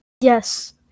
Yes